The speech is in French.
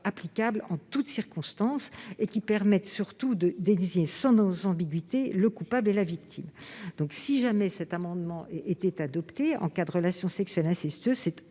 applicables en toutes circonstances et qui permettent de désigner sans ambiguïté le coupable et la victime. Si cet amendement était adopté, en cas de relations sexuelles incestueuses le